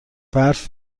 برف